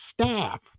staff